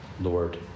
Lord